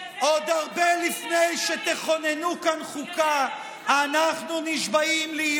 עוד הרבה לפני שתכוננו כאן חוקה אנחנו נשבעים להיות